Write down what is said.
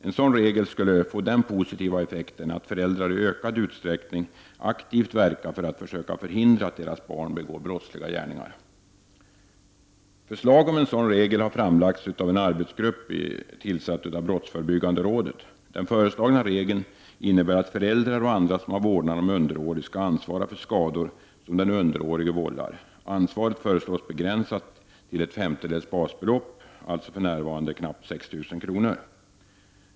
En sådan regel skulle få den positiva effekten att föräldrar i ökande utsträckning aktivt verkade för att försöka förhindra att deras barn begick brottsliga gärningar. Förslag om en sådan regel har framlagts av en arbetsgrupp tillsatt av Brottsförebyggande rådet. Den föreslagna regeln innebär att föräldrar och andra som har vårdnaden av underårig skall ansvara för skador som den underårige vållar. Ansvaret föreslås begränsat till ett femtedels basbelopp, alltså för närvarande knappt 6 000 kr.